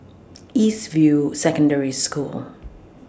East View Secondary School